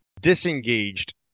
disengaged